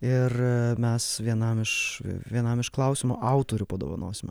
ir mes vienam iš vienam iš klausimo autorių padovanosime